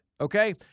Okay